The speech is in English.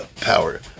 power